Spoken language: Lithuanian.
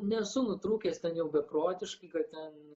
nesu nutrūkęs ten jau beprotiškai kad ten